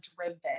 driven